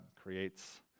creates